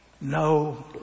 no